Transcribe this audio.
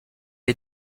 est